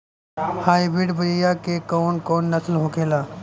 Hybrid बीया के कौन कौन नस्ल होखेला?